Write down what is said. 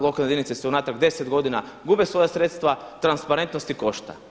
Lokalne jedinice su unatrag deset godina gube svoja sredstva, transparentnost ih košta.